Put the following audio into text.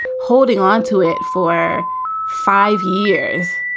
holding onto it for five years.